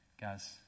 Guys